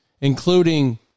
including